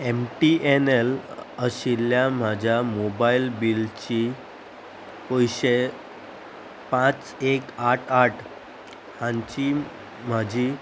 M T N L आशिल्ल्या म्हाज्या mobile बिलची पयशे पांच एक आठ आठ हांची म्हाजी